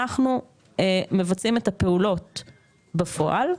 אנחנו מבצעים את הפעולות בפועל.